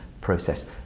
process